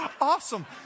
awesome